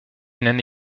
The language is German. nenne